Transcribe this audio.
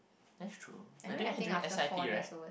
that's true we're doing it during S_I_P right